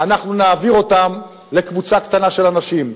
אנחנו נעביר לקבוצה קטנה של אנשים.